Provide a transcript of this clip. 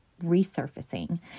resurfacing